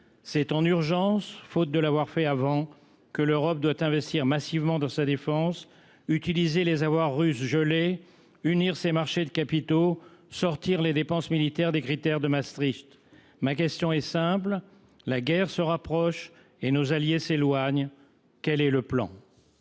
C’est en urgence, faute de l’avoir fait avant, que l’Europe doit investir massivement dans sa défense, utiliser les avoirs russes gelés, unir ses marchés de capitaux, sortir les dépenses militaires des critères de Maastricht. Ma question est simple : la guerre se rapproche et nos alliés s’éloignent, quel est le plan ?